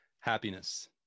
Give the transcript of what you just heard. Happiness